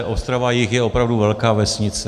Ostravajih je opravdu velká vesnice.